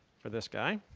for this guy.